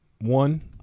One